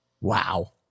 Wow